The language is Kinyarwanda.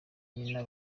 nyina